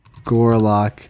Gorlock